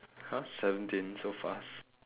!huh! seventeen so fast